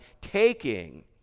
taking